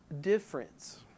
difference